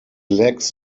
lacks